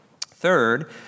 Third